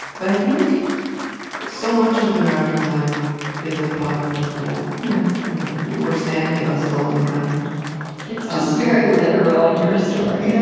but i think so much of american life is a product of war. yeah you know we're standing on stolen ground it's just very literal, in your story. yeah